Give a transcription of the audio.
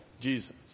Jesus